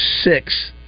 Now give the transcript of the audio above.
six